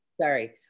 Sorry